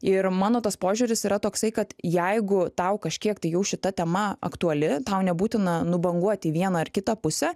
ir mano tas požiūris yra toksai kad jeigu tau kažkiek tai jau šita tema aktuali tau nebūtina nubanguoti į vieną ar kitą pusę